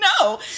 no